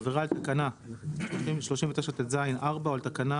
עבירה על תקנה 39טז(4) או על תקנה